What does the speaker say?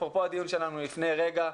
אפרופו הדיון שלנו לפני רגע,